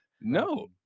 no